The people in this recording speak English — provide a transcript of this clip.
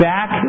Back